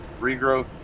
Regrowth